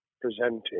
presenting